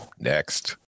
next